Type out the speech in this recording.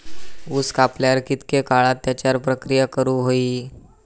ऊस कापल्यार कितके काळात त्याच्यार प्रक्रिया करू होई?